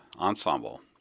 ensemble